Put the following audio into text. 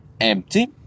empty